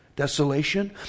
Desolation